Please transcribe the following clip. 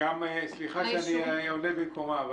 סליחה שאני עונה במקומה,